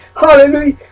hallelujah